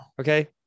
okay